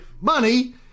money